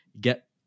get